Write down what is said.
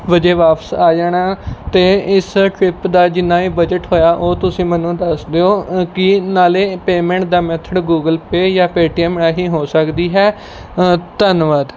ਵਜੇ ਵਾਪਸ ਆ ਜਾਣਾ ਅਤੇ ਇਸ ਟ੍ਰਿਪ ਦਾ ਜਿੰਨਾ ਵੀ ਬਜਟ ਹੋਇਆ ਉਹ ਤੁਸੀਂ ਮੈਨੂੰ ਦੱਸ ਦਿਓ ਕਿ ਨਾਲੇ ਪੇਮੈਂਟ ਦਾ ਮੈਥਡ ਗੂਗਲ ਪੇ ਜਾਂ ਪੇਟੀਐੱਮ ਰਾਹੀਂ ਹੋ ਸਕਦੀ ਹੈ ਧੰਨਵਾਦ